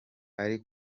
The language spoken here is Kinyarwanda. ari